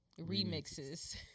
remixes